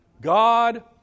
God